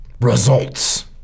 results